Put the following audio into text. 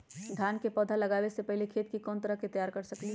धान के पौधा लगाबे से पहिले खेत के कोन तरह से तैयार कर सकली ह?